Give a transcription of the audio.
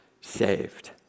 saved